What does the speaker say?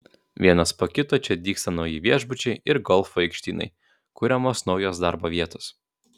vienas po kito čia dygsta nauji viešbučiai ir golfo aikštynai kuriamos naujos darbo vietos